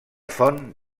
font